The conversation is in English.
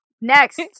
Next